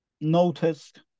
noticed